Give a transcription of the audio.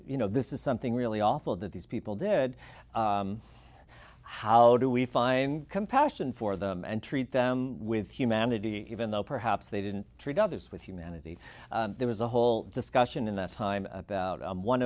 you know this is something really awful that these people did how do we find compassion for them and treat them with humanity even though perhaps they didn't treat others with humanity there was a whole discussion in that time about